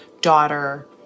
daughter